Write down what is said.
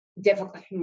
difficult